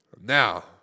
Now